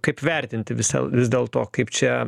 kaip vertinti visą vis dėlto kaip čia